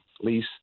lease